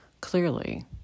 Clearly